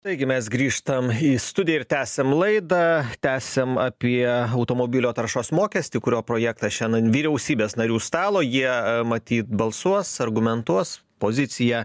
taigi mes grįžtam į studiją ir tęsiam laidą tęsiam apie automobilio taršos mokestį kurio projektą šian ant vyriausybės narių stalo jie matyt balsuos argumentuos poziciją